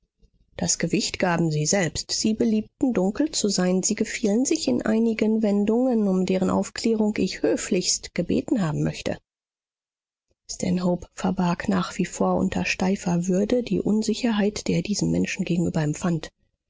das gewicht gaben sie selbst sie beliebten dunkel zu sein sie gefielen sich in einigen wendungen um deren aufklärung ich höflichst gebeten haben möchte stanhope verbarg nach wie vor unter steifer würde die unsicherheit die er diesem menschen gegenüber empfand